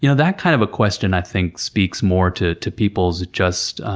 you know that kind of a question, i think, speaks more to to people's just,